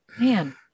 Man